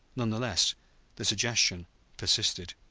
none the less the suggestion persisted.